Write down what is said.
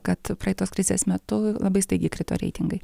kad praeitos krizės metu labai staigiai krito reitingai